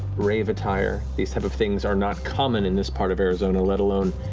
rave attire. these type of things are not common in this part of arizona, let alone